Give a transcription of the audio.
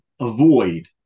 avoid